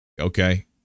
Okay